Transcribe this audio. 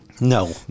No